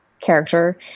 character